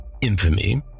infamy